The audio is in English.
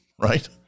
right